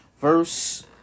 verse